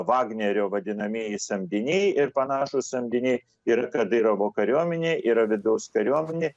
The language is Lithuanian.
vagnerio vadinamieji samdiniai ir panašūs samdiniai ir kadyrovo kariuomenė yra vidaus kariuomenė